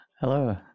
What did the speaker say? Hello